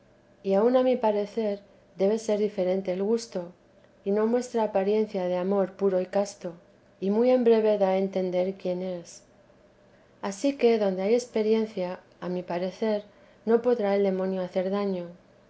y aun a mi parecer debe ser diferente el gusto y no muestra apariencia de amor puro y casto y muy en breve da a entender quién es ansí que donde hay experiencia a mi parecer no podrá el demonio hacer daño